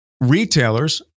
retailers